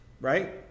right